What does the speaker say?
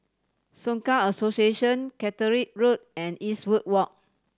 Soka Association Caterick Road and Eastwood Walk